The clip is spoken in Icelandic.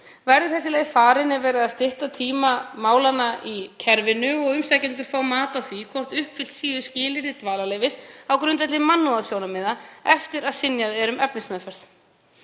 Verði þessi leið farin er verið að stytta tíma málanna í kerfinu og umsækjendur fá mat á því hvort uppfyllt séu skilyrði dvalarleyfis á grundvelli mannúðarsjónarmiða eftir að synjað er um efnismeðferð.